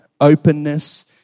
openness